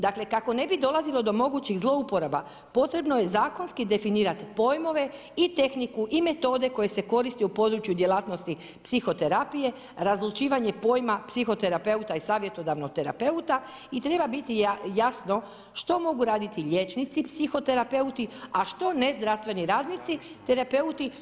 Dakle, kako ne bi dolazilo do mogućih zlouporaba potrebno je zakonski definirati pojmove i tehniku i metode koje se koriste u području djelatnosti psihoterapije, razlučivanje pojma psihoterapeuta i savjetodavno terapeuta i treba biti jasno što mogu raditi liječnici psihoterapeuti, a što nezdravstveni radnici terapeuti.